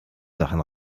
sachen